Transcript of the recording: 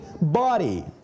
body